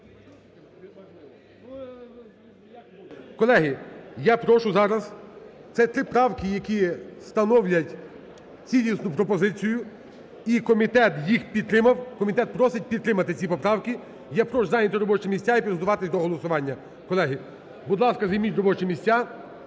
Колеги, я прошу зараз, це три правки, які становлять цілісну пропозицію, і комітет їх підтримав. Комітет просить підтримати ці поправки. Я прошу зайняти робочі місця і підготуватись до голосування. Колеги, будь ласка, займіть робочі місця